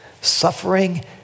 suffering